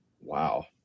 Wow